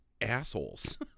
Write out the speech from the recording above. assholes